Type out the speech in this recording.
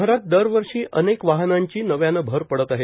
शहरात दरवर्षी वाहनाची नव्याने भर पडत आहे